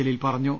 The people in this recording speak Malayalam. ജലീൽ പറഞ്ഞു